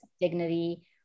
dignity